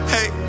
Hey